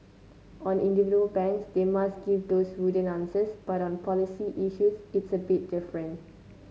on individual banks they must give those wooden answers but on policy issues it's a bit different